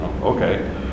Okay